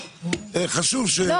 לא,